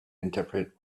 interpret